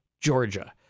Georgia